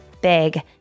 big